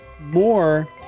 more